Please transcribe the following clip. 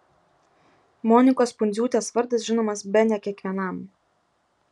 monikos pundziūtės vardas žinomas bene kiekvienam